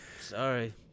Sorry